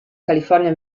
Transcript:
california